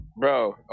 Bro